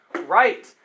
right